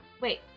Wait